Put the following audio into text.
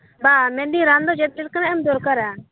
ᱵᱟ ᱢᱮᱱᱫᱟᱹᱧ ᱨᱟᱱ ᱫᱚ ᱪᱮᱫ ᱞᱮᱠᱟᱱᱟᱜ ᱮᱢ ᱫᱚᱨᱠᱟᱨᱟ